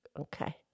okay